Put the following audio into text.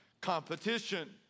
competition